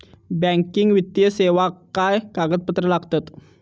Banking वित्तीय सेवाक काय कागदपत्र लागतत?